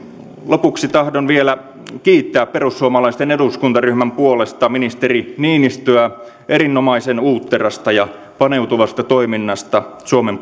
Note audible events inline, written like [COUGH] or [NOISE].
lopuksi tahdon vielä kiittää perussuomalaisten eduskuntaryhmän puolesta ministeri niinistöä erinomaisen uutterasta ja paneutuvasta toiminnasta suomen [UNINTELLIGIBLE]